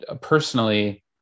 personally